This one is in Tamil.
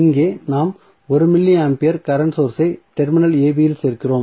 இங்கே நாம் 1 மில்லி ஆம்பியர் கரண்ட் சோர்ஸ் ஐ டெர்மினல் ab இல் சேர்க்கிறோம்